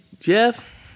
Jeff